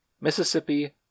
Mississippi